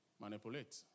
manipulate